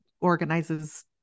organizes